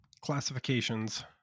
classifications